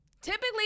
Typically